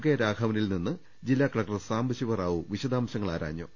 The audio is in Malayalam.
കെരാഘവ നിൽ നിന്നും ജില്ലാ കലക്ടർ സാംബശിവ റാവു വിശദാംശങ്ങൾ ആരാഞ്ഞു